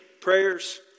prayers